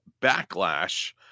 backlash